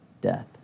death